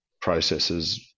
processes